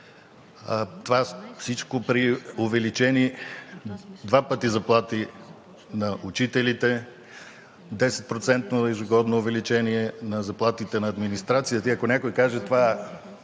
това е при увеличени два пъти заплати на учителите, 10-процентно ежегодно увеличение на заплатите на администрацията. И ако някой каже: само